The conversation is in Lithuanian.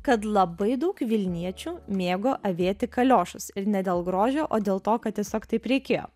kad labai daug vilniečių mėgo avėti kaliošus ir ne dėl grožio o dėl to kad tiesiog taip reikėjo